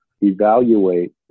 evaluate